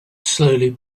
slowly